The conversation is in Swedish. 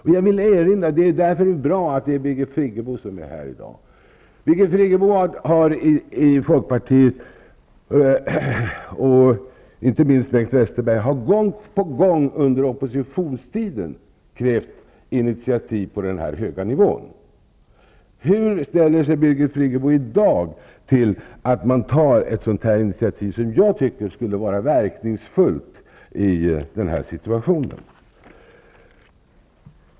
Det är bra att det är Birgit Friggebo som är här i dag, eftersom jag vill erinra om att Birgit Friggebo, och inte minst Bengt Westerberg, under oppositionstiden gång på gång krävde initiativ på den här höga nivån. Hur ställer sig Birgit Friggebo i dag till att man tar ett sådant initiativ? Jag tycker att det skulle vara verkningsfullt i den här situationen.